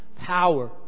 power